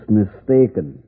mistaken